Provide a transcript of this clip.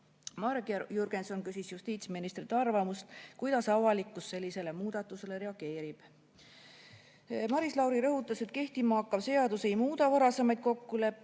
Jürgenson küsis justiitsministrilt arvamust, kuidas avalikkus sellisele muudatusele reageerib. Maris Lauri rõhutas, et kehtima hakkav seadus ei muuda varasemaid kokkuleppeid.